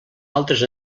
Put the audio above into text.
altres